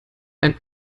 ein